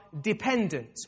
dependent